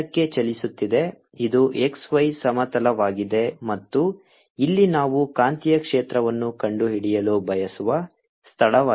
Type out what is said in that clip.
ಇದು x y ಸಮತಲವಾಗಿದೆ ಮತ್ತು ಇಲ್ಲಿ ನಾವು ಕಾಂತೀಯ ಕ್ಷೇತ್ರವನ್ನು ಕಂಡುಹಿಡಿಯಲು ಬಯಸುವ ಸ್ಥಳವಾಗಿದೆ